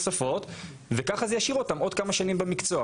בשביל מה להוסיף אותה עוד פעם?